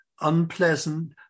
unpleasant